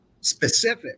specific